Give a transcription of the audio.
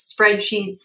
spreadsheets